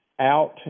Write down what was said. out